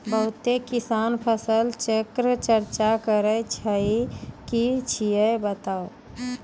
बहुत किसान फसल चक्रक चर्चा करै छै ई की छियै बताऊ?